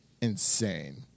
Insane